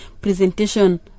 presentation